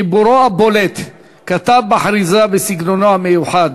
חיבורו הבולט, כתב בחריזה בסגנונו המיוחד: